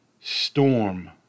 storm